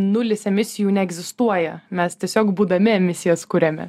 nulis emisijų neegzistuoja mes tiesiog būdami emisijas kuriame